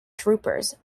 troopers